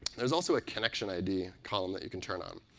there's also a connection id column that you can turn on.